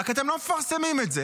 רק אתם לא מפרסמים את זה.